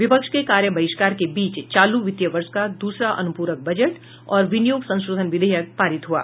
विपक्ष के कार्य बहिष्कार के बीच चालू वित्तीय वर्ष का दूसरा अनुपूरक बजट और विनियोग संशोधन विधेयक पारित हुआ